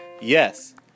Yes